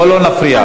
בואו לא נפריע לה.